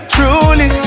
Truly